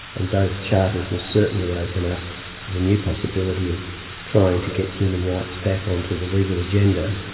and those charters will certainly open up the new possibility of trying to get human rights back onto the legal agenda.